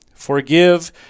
Forgive